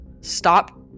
Stop